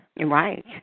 Right